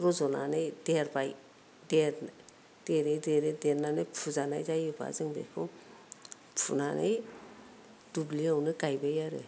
रज'नानै देरबाय देरै देरै देरनानै फुजानाय जायोबा जों बेखौ फुनानै दुब्लियावनो गायबाय आरो